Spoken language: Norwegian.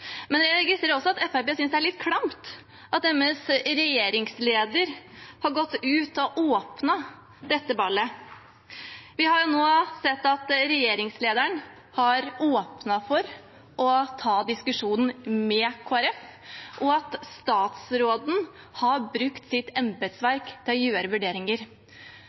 Men jeg registrerer også at Fremskrittspartiet synes det er litt klamt at deres regjeringsleder har gått ut og åpnet dette ballet. Vi har nå sett at regjeringslederen har åpnet for å ta diskusjonen med Kristelig Folkeparti, og at statsråden har brukt sitt embetsverk til å gjøre vurderinger.